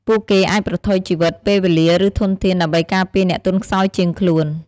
ពួកគេអាចប្រថុយជីវិត ពេលវេលា ឬធនធាន ដើម្បីការពារអ្នកទន់ខ្សោយជាងខ្លួន។